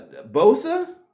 bosa